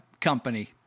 company